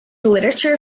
literature